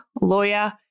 lawyer